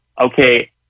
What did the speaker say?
Okay